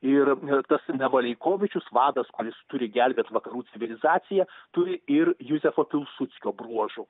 ir tas nevaleikovičius vadas kuris turi gelbėt vakarų civilizaciją turi ir juzefo pilsudskio bruožų